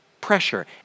pressure